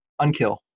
unkill